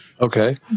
Okay